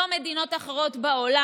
לא מדינות אחרות בעולם.